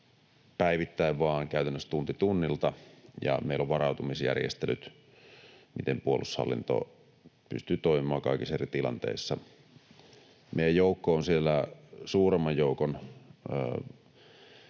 päivittäin, vaan käytännössä tunti tunnilta, ja meillä on varautumisjärjestelyt, miten puolustushallinto pystyy toimimaan kaikissa eri tilanteissa. Meidän joukko on siellä suuremman joukon